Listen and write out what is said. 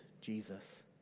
Jesus